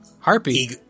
Harpy